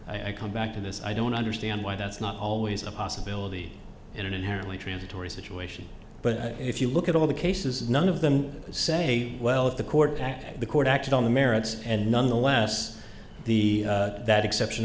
i come back to this i don't understand why that's not always a possibility in an inherently transitory situation but if you look at all the cases none of them say well if the court at the court acted on the merits and nonetheless the that exception